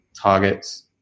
targets